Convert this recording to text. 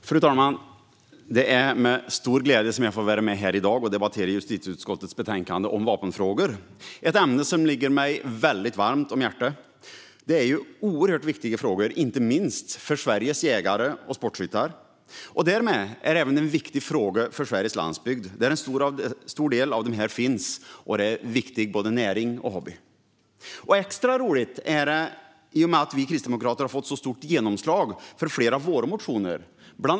Fru talman! Det är med stor glädje jag får vara med här i dag och debattera justitieutskottets betänkande om vapenfrågor. Det är ett ämne som ligger mig väldigt varmt om hjärtat. Det är oerhört viktiga frågor, inte minst för Sveriges jägare och sportskyttar. Därmed är det även en viktig fråga för Sveriges landsbygd där en stor del av dessa finns, och det är en viktig både näring och hobby. Extra roligt är det i och med att vi kristdemokrater har fått så stort genomslag för flera av våra motioner.